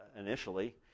initially